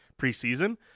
preseason